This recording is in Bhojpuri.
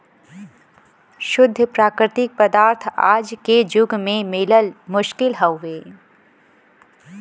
शुद्ध प्राकृतिक पदार्थ आज के जुग में मिलल मुश्किल हउवे